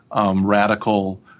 radical